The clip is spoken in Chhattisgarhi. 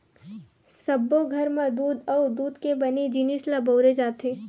सब्बो घर म दूद अउ दूद के बने जिनिस ल बउरे जाथे